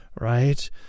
right